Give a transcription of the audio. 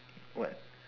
what